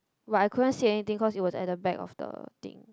but I couldn't see anything because it was at the back of the thing